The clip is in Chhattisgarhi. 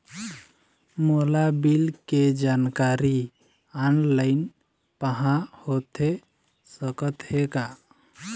मोला बिल के जानकारी ऑनलाइन पाहां होथे सकत हे का?